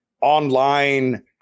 online